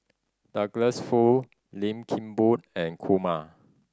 Douglas Foo Lim Kim Boon and Kumar